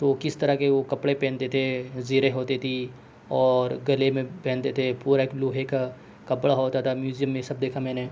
تو کس طرح کے وہ کپڑے پہنتے تھے زرہ ہوتی تھی اور گلے میں پہنتے تھے پورا ایک لوہے کا کپڑا ہوتا تھا میوزیم میں یہ سب دیکھا میں نے